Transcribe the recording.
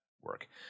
work